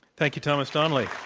thank you, thomas donnelly.